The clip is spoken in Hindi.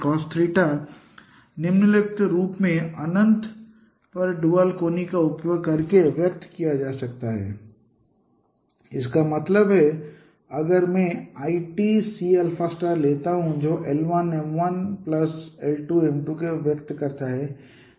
cos θ निम्नलिखित रूप में अनंत पर ड्यूल कोनिक का उपयोग करके व्यक्त किया जा सकता है cosθ इसका मतलब है अगर मैं अंश में lTCα लेता हूं जो l1m1l2m2 को व्यक्त करता है